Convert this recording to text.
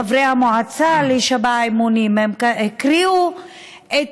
להישבע אמונים: הם הקריאו את